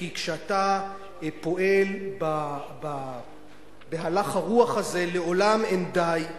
כי כשאתה פועל בהלך הרוח הזה לעולם אין די.